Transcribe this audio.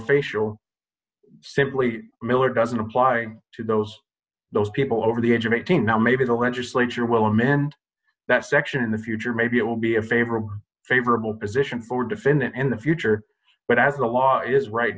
facial simply miller doesn't apply to those those people over the age of eighteen now maybe the legislature will amend that section in the future maybe it will be a favorable favorable position for defendant in the future but as the law is right